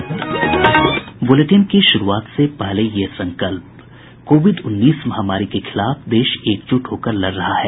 bulletin की शुरूआत से पहले ये संकल्प कोविड उन्नीस महामारी के खिलाफ देश एकजुट होकर लड़ रहा है